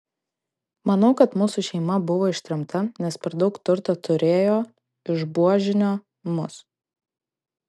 manau kad mūsų šeima buvo ištremta nes per daug turto turėjo išbuožino mus